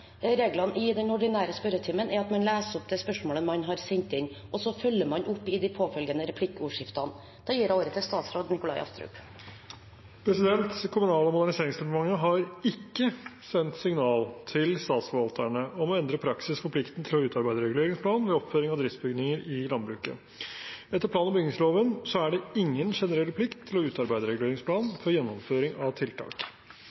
Reglene i den ordinære spørretimen er at man leser opp det spørsmålet man har sendt inn, og så følger man opp i de påfølgende replikkordskiftene. Jeg gir ordet til statsråd Nikolai Astrup. Kommunal- og moderniseringsdepartementet har ikke sendt signal til statsforvalterne om å endre praksis for plikten til å utarbeide reguleringsplan ved oppføring av driftsbygninger i landbruket. Etter plan- og bygningsloven er det ingen generell plikt til å utarbeide